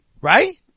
right